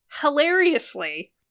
Hilariously